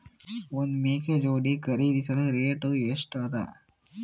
ಒಂದ್ ಮೇಕೆ ಜೋಡಿ ಖರಿದಿಸಲು ರೇಟ್ ಎಷ್ಟ ಅದ?